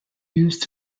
used